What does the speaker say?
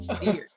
dear